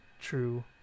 true